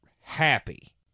happy